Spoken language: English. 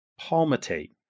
palmitate